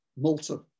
Malta